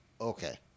Okay